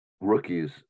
rookies